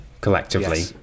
Collectively